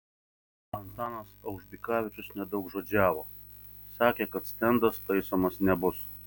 antanas aužbikavičius nedaugžodžiavo sakė kad stendas taisomas nebus